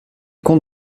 compte